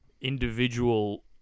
individual